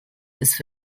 this